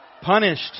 punished